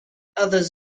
others